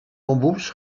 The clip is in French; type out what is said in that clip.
embauche